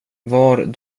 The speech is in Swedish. var